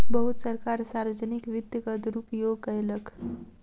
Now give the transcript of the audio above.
बहुत सरकार सार्वजनिक वित्तक दुरूपयोग कयलक